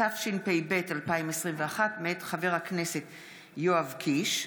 התשפ"ב 2021, מאת חבר הכנסת יואב קיש,